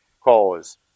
cause